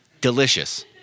Delicious